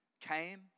came